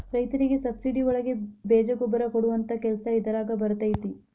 ರೈತರಿಗೆ ಸಬ್ಸಿಡಿ ಒಳಗೆ ಬೇಜ ಗೊಬ್ಬರ ಕೊಡುವಂತಹ ಕೆಲಸ ಇದಾರಗ ಬರತೈತಿ